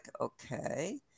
okay